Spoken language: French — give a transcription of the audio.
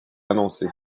annoncée